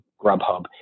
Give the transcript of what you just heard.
Grubhub